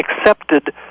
accepted